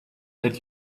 that